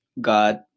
god